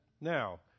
Now